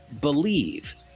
believe